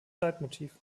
leitmotiv